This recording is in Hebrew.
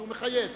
שהוא מחייב,